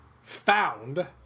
found